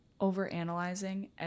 overanalyzing